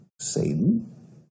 Satan